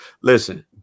Listen